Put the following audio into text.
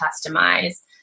customize